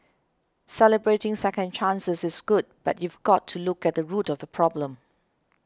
celebrating second chances is good but you've got to look at the root of the problem